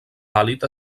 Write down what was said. vàlid